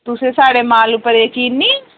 तुसेंगी साढ़े माल उप्पर यकीन नी